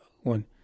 One